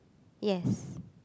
yes